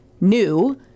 new